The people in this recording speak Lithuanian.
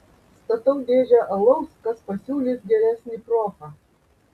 statau dėžę alaus kas pasiūlys geresnį profą